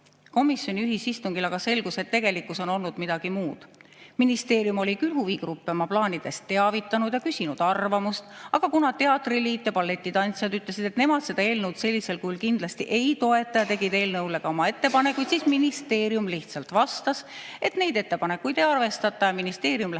Komisjonide ühisistungil aga selgus, et tegelikkus on olnud midagi muud. Ministeerium oli küll huvigruppe oma plaanidest teavitanud ja küsinud arvamust, aga kuna teatriliit ja balletitantsijad ütlesid, et nemad seda eelnõu sellisel kujul kindlasti ei toeta, ja tegid eelnõu kohta ka oma ettepanekuid, siis ministeerium lihtsalt vastas, et neid ettepanekuid ei arvestata ja ministeerium